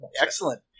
Excellent